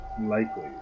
Likely